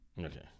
Okay